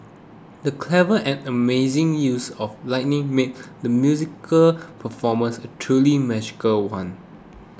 the clever and amazing use of lighting made the musical performance a truly magical one